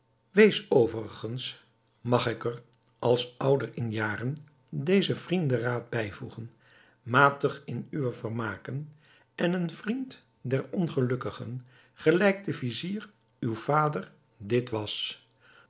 wees overigens mag ik er als ouder in jaren dezen vriendenraad bijvoegen matig in uwe vermaken en een vriend der ongelukkigen gelijk de vizier uw vader dit was